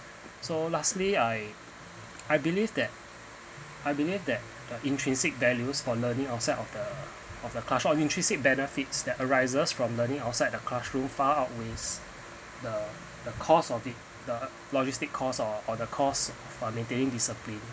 so lastly I I believe that I believe that uh intrinsic values for learning outside of the of the class or intrinsic benefits that arises from learning outside the classroom found out who is the the cost of the the logistic cost or the cost fornicating discipline